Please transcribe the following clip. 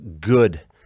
good